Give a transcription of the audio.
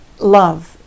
love